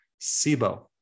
SIBO